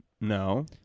No